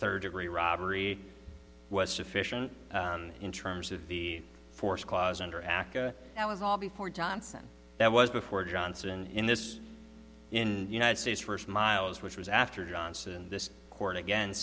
third degree robbery was sufficient in terms of the force clause under aca that was all before johnson that was before johnson in this in the united states first miles which was after johnson this court again